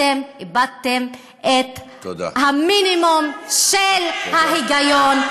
אתם איבדתם את המינימום של ההיגיון,